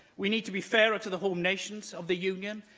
we need to be fairer to the home nations of the union.